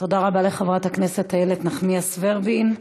תודה רבה לחברת הכנסת איילת נחמיאס ורבין.